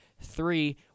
Three